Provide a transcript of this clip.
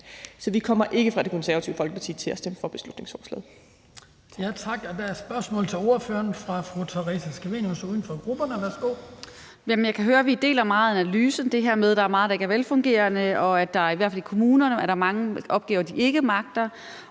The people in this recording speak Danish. Så vi kommer fra Det Konservative Folkepartis side ikke til at stemme for beslutningsforslaget.